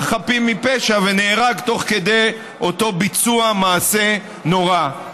חפים מפשע ונהרג תוך כדי אותו ביצוע מעשה נורא,